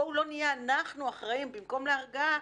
בואו לא נהיה אנחנו אחראים במקום להרגעה,